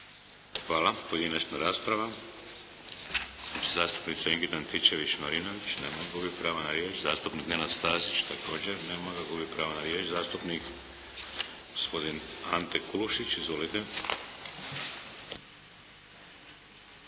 Hvala. Pojedinačna rasprava. Zastupnica Ingrid Antičević-Marinović. Nema je, gubi pravo na riječ. Zastupnik Nenad Stazić. Također, nema ga, gubi pravo na riječ. Zastupnik gospodin Ante Kulušić. Izvolite.